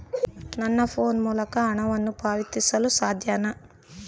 ನನ್ನ ಫೋನ್ ಮೂಲಕ ಹಣವನ್ನು ಪಾವತಿಸಲು ಸಾಧ್ಯನಾ?